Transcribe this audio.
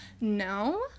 no